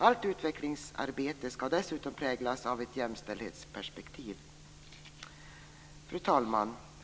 Allt utvecklingsarbete ska dessutom präglas av ett jämställdhetsperspektiv. Fru talman!